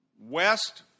west